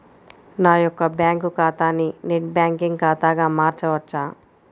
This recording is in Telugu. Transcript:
నా యొక్క బ్యాంకు ఖాతాని నెట్ బ్యాంకింగ్ ఖాతాగా మార్చవచ్చా?